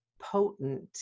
potent